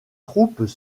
troupes